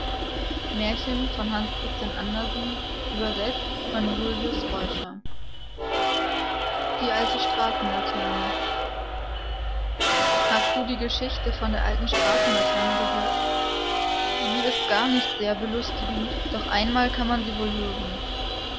die alte straßenlaterne hast du die geschichte von der alten straßenlaterne gehört sie ist gar nicht sehr belustigend doch einmal kann man sie wohl hören